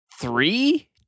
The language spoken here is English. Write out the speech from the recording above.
three